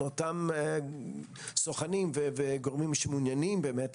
אותם סוכנים וגורמים שמעוניינים ---.